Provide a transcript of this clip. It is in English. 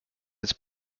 its